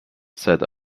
said